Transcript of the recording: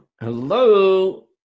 Hello